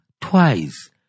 Twice